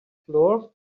floor